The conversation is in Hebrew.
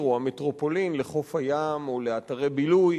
או המטרופולין לחוף הים או לאתרי בילוי,